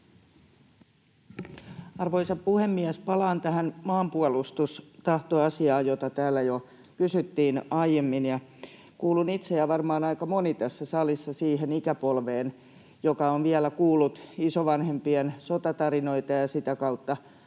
Arvoisa puhemies! Palaan tähän maanpuolustustahtoasiaan, josta täällä jo kysyttiin aiemmin. Kuulun itse ja varmaan aika moni tässä salissa kuuluu siihen ikäpolveen, joka on vielä kuullut isovanhempien sotatarinoita, ja sitä kautta